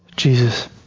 Jesus